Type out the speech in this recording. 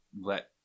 let